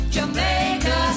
Jamaica